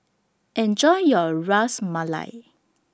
Enjoy your Ras Malai